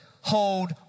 hold